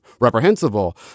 reprehensible